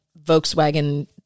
Volkswagen